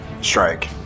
strike